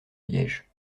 liège